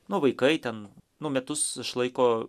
nu vaikai ten nu metus išlaiko